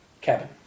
Cabin